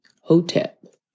Hotep